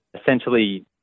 essentially